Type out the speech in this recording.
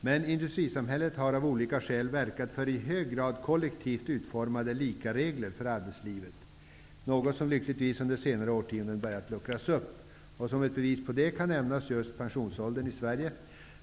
Men industrisamhället har av olika skäl verkat för i hög grad kollektivt utformade likaregler för arbetslivet, något som lyckligtvis under senare årtionden har börjat luckras upp. Som bevis på detta kan nämnas pensionsåldern i Sverige.